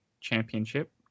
Championship